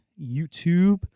YouTube